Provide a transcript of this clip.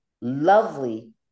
lovely